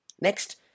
Next